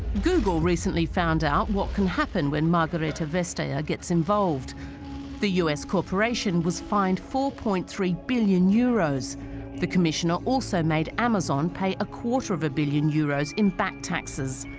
google recently found out what can happen when margarita vista gets involved the u s. corporation was fined four point three billion euros the commissioner also made amazon pay a quarter of a billion euros in back taxes